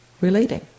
relating